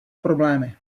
problémy